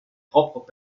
propres